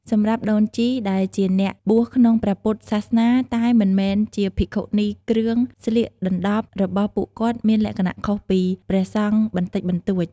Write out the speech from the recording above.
សម្រាប់ដូនជីដែលជាអ្នកបួសក្នុងព្រះពុទ្ធសាសនាតែមិនមែនជាភិក្ខុនីគ្រឿងស្លៀកដណ្ដប់របស់ពួកគាត់មានលក្ខណៈខុសពី ព្រះសង្ឃបន្តិចបន្តួច។